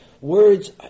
words